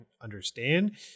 understand